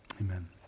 amen